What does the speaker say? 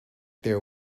there